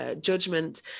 judgment